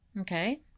Okay